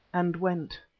and went.